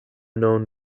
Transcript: known